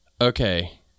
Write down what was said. Okay